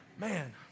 Man